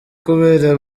kubera